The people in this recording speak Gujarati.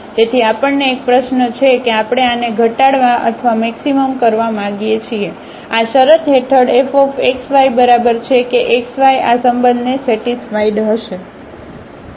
તેથી આપણને એક પ્રશ્નો છે કે આપણે આને ઘટાડવા અથવા મેક્સિમમ કરવા માગીએ છીએ આ શરત હેઠળfxy બરાબર છે કે xy આ સંબંધને સેટિસ્ફાઇડ હશે